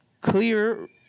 clear